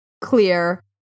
clear